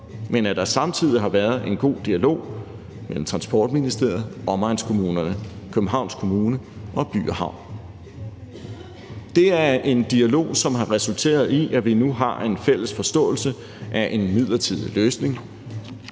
men at der samtidig har været en god dialog mellem Transportministeriet, omegnskommunerne, Københavns Kommune og By & Havn. Det er en dialog, som har resulteret i, at vi nu har en fælles forståelse af en midlertidig løsning,